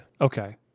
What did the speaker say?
Okay